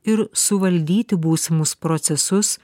ir suvaldyti būsimus procesus